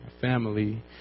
family